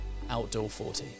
OUTDOOR40